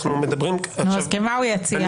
אז כמה הוא יציע?